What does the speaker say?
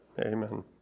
Amen